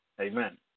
Amen